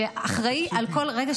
שאחראי --- אבל --- רגע,